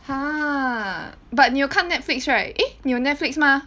!huh! but 你有看 Netflix right eh 你有 Netflix mah